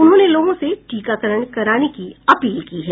उन्होंने लोगों से टीकाकरण कराने की अपील की है